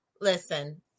Listen